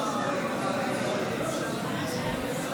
אולי המשמעותית ביותר,